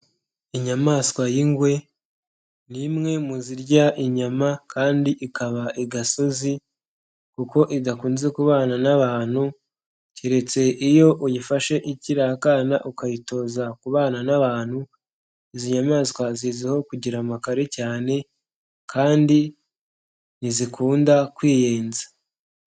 Inyamaswa y'ingwe, ni imwe mu zirya inyama kandi ikaba i gasozi, kuko idakunze kubana n'abantu, keretse iyo uyifashe ikiri akana ukayitoza kubana n'abantu, izi nyamaswa zizwiho kugira amakare cyane kandi ntizikunda kwiyenza.